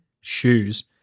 shoes